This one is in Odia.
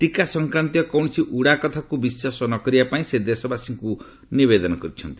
ଟିକା ସଂକ୍ରାନ୍ତୀୟ କୌଣସି ଉଡାକଥାକୁ ବିଶ୍ୱାସ ନ କରିବା ପାଇଁ ସେ ଦେଶବାସୀଙ୍କ ନିବେଦନ କରିଛନ୍ତି